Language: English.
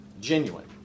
genuine